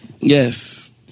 Yes